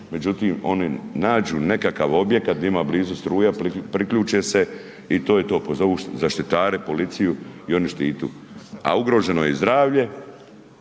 međutim, oni nađu nekakav objekat di ima blizu struja, priključe se i to je to, pozovu zaštitare, policiju i oni štitu, a ugroženo je i zdravlje,